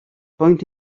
point